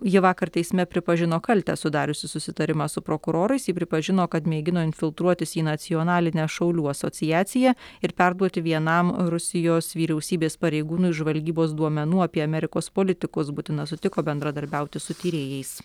ji vakar teisme pripažino kaltę sudariusi susitarimą su prokurorais ji pripažino kad mėgino infiltruotis į nacionalinę šaulių asociaciją ir perduoti vienam rusijos vyriausybės pareigūnui žvalgybos duomenų apie amerikos politikus butina sutiko bendradarbiauti su tyrėjais